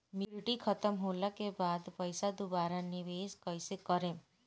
Maturity खतम होला के बाद पईसा दोबारा निवेश कइसे करेम?